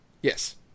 Yes